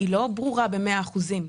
לא ברורה במאה אחוזים.